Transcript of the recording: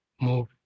move